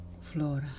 flora